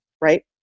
right